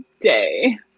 day